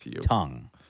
tongue